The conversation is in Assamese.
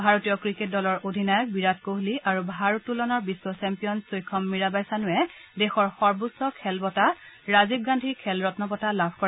ভাৰতীয় ক্ৰিকেট দলৰ অধিনায়ক বিৰাট কোহলী আৰু ভাৰ উত্তোলনৰ বিশ্ব ছেম্পিয়ন চৈখম মীৰা বাই চানুৱে দেশৰ সৰ্বোচ্চ খেল বঁটা ৰাজীৱ গান্ধী খেল ৰম্ম বঁটা লাভ কৰে